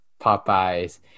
Popeyes